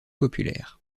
populaires